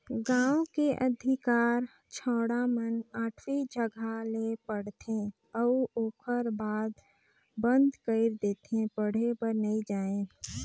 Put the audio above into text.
गांव के अधिकार छौड़ा मन आठवी जघा ले पढ़थे अउ ओखर बाद बंद कइर देथे पढ़े बर नइ जायें